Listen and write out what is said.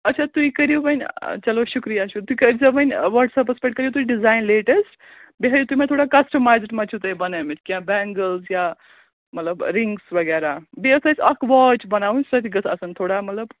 اچھا تُہۍ کٔرِو وۄنۍ چلو شُکریہ شُک تُہۍ کٔرۍزیو وۄنۍ وَٹسَپَس پٮ۪ٹھ کٔرِو تُہۍ ڈِزایِن لیٹٮ۪سٹ بیٚیہِ ہٲیِو تُہۍ مےٚ تھوڑا کَسٹٕمایزٕڈ مَہ چھُ تۄہہِ بنٲیمٕتۍ کیٚنٛہہ بٮ۪نٛگٕلز یا مطلب رِنٛگٕس وغیرہ بیٚیہِ ٲس اَسہِ اَکھ واچ بناوٕنۍ سۄ تہِ گٔژھ آسٕنۍ تھوڑا مطلب